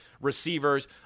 Receivers